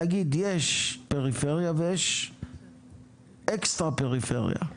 להגיד שיש פריפריה ויש אקסטרה פריפריה.